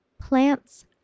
plants